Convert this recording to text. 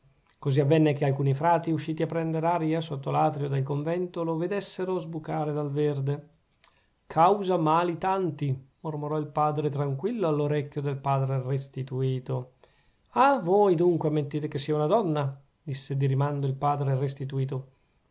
così avvenne che alcuni frati usciti a prender aria sotto l'atrio del convento lo vedessero sbucare dal verde caussa mali tanti mormorò il padre tranquillo all'orecchio del padre restituto ah voi dunque ammettete che sia una donna disse di rimando il padre restituto